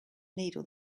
needle